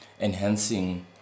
enhancing